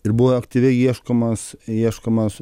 ir buvo aktyviai ieškomas ieškomas